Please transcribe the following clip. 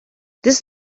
this